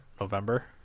November